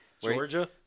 Georgia